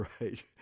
right